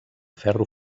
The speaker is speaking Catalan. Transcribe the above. ferro